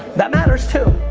that matters, too.